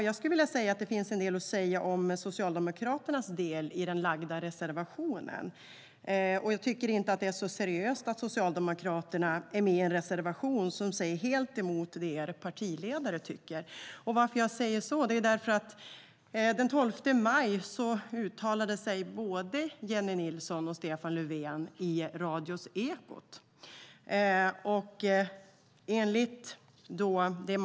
Jag skulle vilja säga att det finns en del att säga om Socialdemokraternas del i den lagda reservationen. Jag tycker inte att det är så seriöst att Socialdemokraterna är med om en reservation som går helt emot vad er partiledare tycker. Varför säger jag det? Den 12 maj uttalade sig både Jennie Nilsson och Stefan Löfven i Ekot i radion.